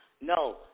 No